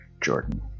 Jordan